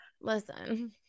Listen